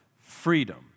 freedom